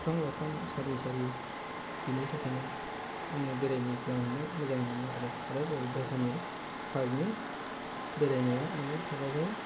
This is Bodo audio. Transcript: बिफां लाइफां सारि सारि बिनि थाखायनो आङो बेरायनो मोजां मोनो आरो आरो बाहिरानि पार्कनि बेरायनाय मानि पार्क आवहाय